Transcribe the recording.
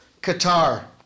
Qatar